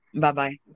Bye-bye